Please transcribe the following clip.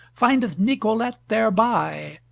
findeth nicolete thereby.